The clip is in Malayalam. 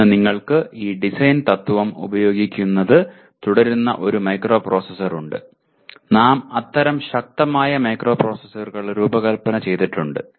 ഇന്ന് നിങ്ങൾക്ക് ഈ ഡിസൈൻ തത്വം ഉപയോഗിക്കുന്നത് തുടരുന്ന ഒരു മൈക്രോപ്രൊസസ്സർ ഉണ്ട് നാം അത്തരം ശക്തമായ മൈക്രോപ്രൊസസ്സറുകൾ രൂപകൽപ്പന ചെയ്തിട്ടുണ്ട്